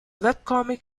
webcomic